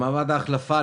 במעמד ההחלפה,